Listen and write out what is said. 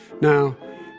Now